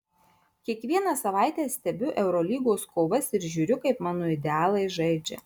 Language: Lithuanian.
kiekvieną savaitę stebiu eurolygos kovas ir žiūriu kaip mano idealai žaidžia